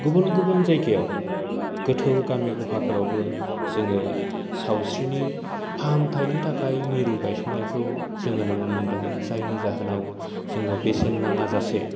गुबुन गुबुन जायगायाव गोथौ गामि गफाफोरावबो जोङो सावस्रिनि फाहामथाइनि थाखाइ मिरु गाइसंनायखौ जोङो नुनो मोन्दों जायनि जाहोनाव जोङो बेसेन नाङा जासे